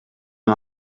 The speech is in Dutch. een